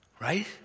Right